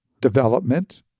development